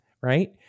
Right